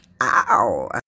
Ow